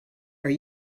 are